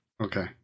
okay